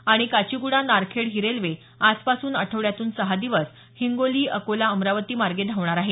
आणि काचीगुडा नारखेड ही रेल्वे आजपासून आठवड्यातून सहा दिवस हिंगोली अकोला अमरावती मार्गे धावणार आहे